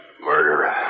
Murderer